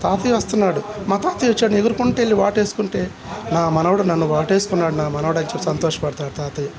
తాతయ్య వస్తున్నాడు మా తాతయ్య వచ్చాడు ఎగురుకుంటూ వెళ్ళి వాటేసుకుంటే నా మనవడు నన్ను వాటేసుకున్నాడు నా మనవడా అని చెప్పేసి సంతోషపడతాడు తాతయ్యా